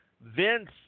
Vince